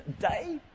day